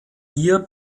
hier